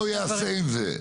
מה הוא יעשה עם זה?